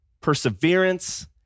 perseverance